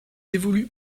évolue